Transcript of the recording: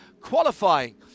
qualifying